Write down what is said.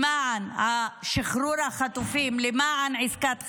למען שחרור החטופים, אלא גם למען עסקת חליפין,